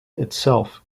itself